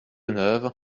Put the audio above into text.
neuve